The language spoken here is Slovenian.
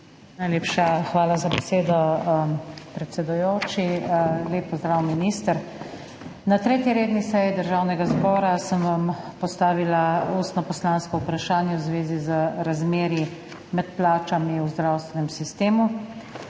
Najlepša hvala za besedo, predsedujoči. Lep pozdrav, minister. Na 3. redni seji Državnega zbora sem vam postavila ustno poslansko vprašanje v zvezi z razmerji med plačami v zdravstvenem sistemu.